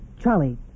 Charlie